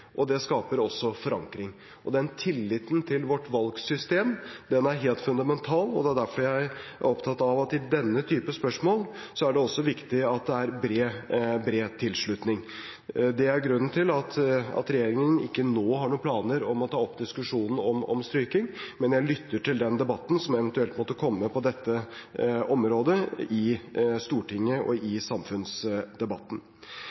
og det skaper også forankring. Den tilliten til vårt valgsystem er helt fundamental, og det er derfor jeg er opptatt av at i denne typen spørsmål er det også viktig at det er bred tilslutning. Det er grunnen til at regjeringen ikke nå har noen planer om å ta opp diskusjonen om stryking, men jeg lytter til den debatten som eventuelt måtte komme på dette området i Stortinget, og til samfunnsdebatten.